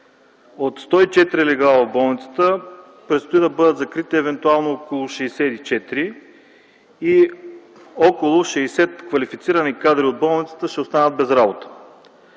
от 104 легла в болницата предстои да бъдат закрити евентуално около 64 и около 60 квалифицирани кадри от болницата ще останат без работа;